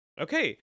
Okay